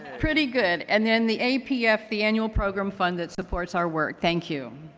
pretty good. and then the apf, the annual program fund that supports our work. thank you.